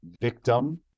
victim